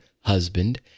husband